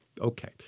Okay